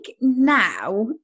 now